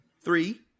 three